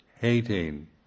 hating